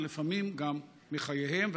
ולפעמים גם מחייהם.